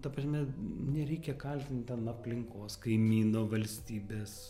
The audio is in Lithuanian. ta prasme nereikia kaltint ten aplinkos kaimyno valstybės